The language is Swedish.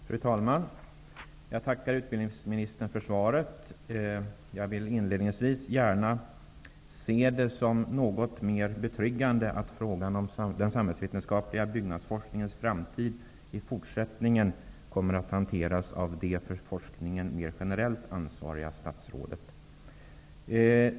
Fru talman! Jag tackar utbildningsministern för svaret. Jag vill inledningsvis gärna se det som något mer betryggande att frågan om den samhällsvetenskapliga byggnadsforskningens framtid i fortsättningen kommer att hanteras av det för forskningen mer generellt ansvariga statsrådet.